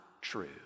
true